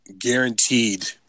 guaranteed